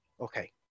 Okay